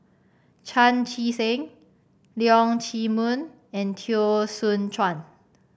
Chan Chee Seng Leong Chee Mun and Teo Soon Chuan